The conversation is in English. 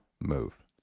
move